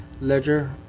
Ledger